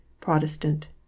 Protestant